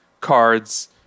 cards